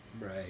Right